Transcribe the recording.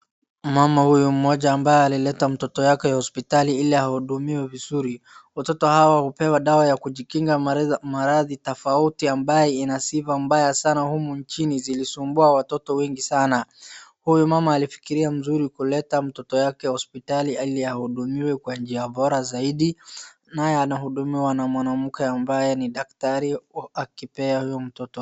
Mama huyu mmoja ambaye alileta mtoto wake hospitali ili ahudumiwe vizuri, watoto hawa hupewa dawa ya kujikinga maradhi tofauti ambayo inasiba mbaya sana humu nchini, zilisumbua watoto wengi sana. Huyu mama alifikiria vizuri kuleta mtoto wake hospitali ili ahudumiwe kwa njia bora zaidi, naye anahudumiwa na mwanamke ambaye ni daktari akipea huyu mtoto.